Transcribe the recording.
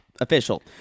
Official